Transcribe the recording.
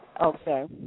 Okay